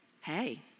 Hey